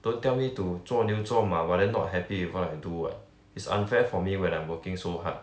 don't tell me to 做牛做马 but then not happy with what I do what is unfair for me when I'm working so hard